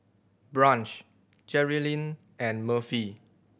Branch Jerilyn and Murphy